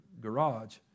garage